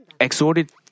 exhorted